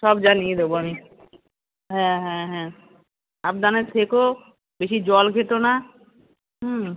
সব জানিয়ে দেবো আমি হ্যাঁ হ্যাঁ হ্যাঁ সাবধানে থেকো বেশি জল ঘেঁটো না হুম